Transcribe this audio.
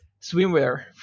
Swimwear